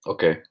Okay